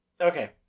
Okay